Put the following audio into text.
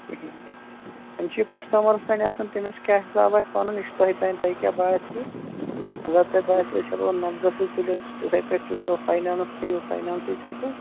کِہیٖنۍ تہِ وَنۍ چھُ یہِ کَسٹَمَرَس تانۍ آسان تٔمِس کیٛاہ حِساب آسہِ پَنُن یہِ چھُ تۄہہِ تانۍ تۄہہِ کیٛاہ باسِیَوٕ اگر تۄہہِ باسِیَو أسۍ ہیٚکو نَقدَسٕے تُلِتھ تِتھَے کٲٹھۍ تُلۍتو فایِنَانٕس تھٲیِو فایِنَانٛسٕے تھٔیٖتَو